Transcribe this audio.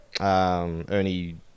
Ernie